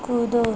कूदो